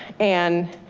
and